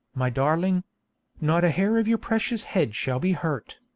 my darling not a hair of your precious head shall be hurt.